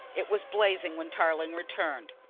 it was blazing when tarling returned.